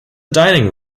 dining